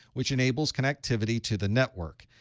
which enables connectivity to the network.